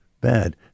bad